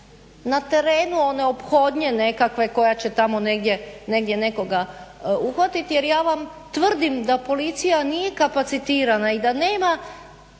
na terenu, one ophodnje nekakve koja će tamo negdje nekoga uhvatiti jer ja vam tvrdim da Policija nije kapacitirana i da nema